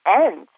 end